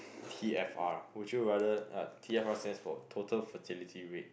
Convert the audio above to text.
T_F_R would you rather T_F_R stands for total fertility rate